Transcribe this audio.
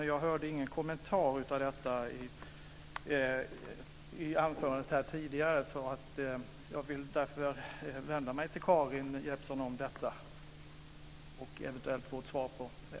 Jag hörde ingen kommentar om det i anförandet tidigare. Jag vill därför vända mig till Karin Jeppsson i den frågan och eventuellt få ett svar på det.